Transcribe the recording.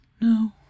no